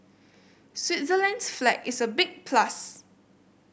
Switzerland's flag is a big plus